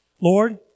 Lord